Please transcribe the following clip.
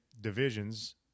divisions